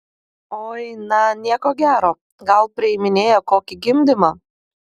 oi na nieko gero gal priiminėja kokį gimdymą